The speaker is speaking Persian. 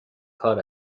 کار